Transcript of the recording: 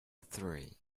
three